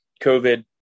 COVID